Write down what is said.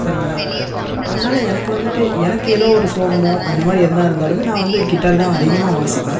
சரிங்களா அதனால எனக்கு வந்துட்டு எனக்கு ஏதோ ஒரு சோகமோ அந்த மாதிரி எதனால் இருந்தாலுமே நான் வந்து கிட்டார் தான் அதிகமாக வாசிப்பேன்